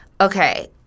okay